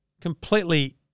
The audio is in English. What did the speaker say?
completely